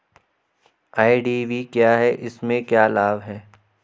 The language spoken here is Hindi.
आई.डी.वी क्या है इसमें क्या लाभ है?